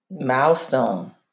Milestone